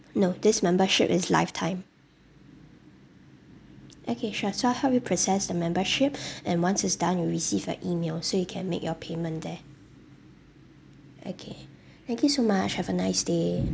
no this membership is lifetime okay sure so I'll help you process the membership and once it's done you'll receive a email so you can make your payment there okay thank you so much have a nice day